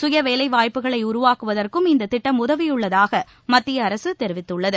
சுய வேலைவாய்ப்புக்களை உருவாக்குவதற்கும் இந்த திட்டம் உதவியுள்ளதாக மத்திய அரக தெரிவித்துள்ளது